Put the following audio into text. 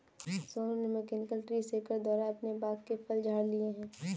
सोनू ने mechanical tree shaker द्वारा अपने बाग के फल झाड़ लिए है